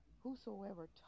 whosoever